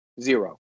Zero